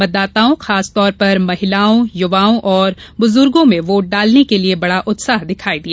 मतदाताओं खासतौर पर महिलाओं चुवाओं और बुजुर्गो में वोट डालने के लिए बड़ा उत्साह दिखाई दिया